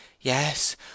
Yes